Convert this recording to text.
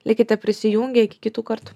likite prisijungę iki kitų kartų